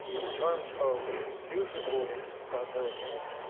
in terms of news reporting about hurricanes,